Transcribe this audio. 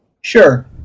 Sure